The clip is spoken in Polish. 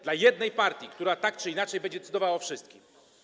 Dla jednej partii, która tak czy inaczej będzie decydowała o wszystkim.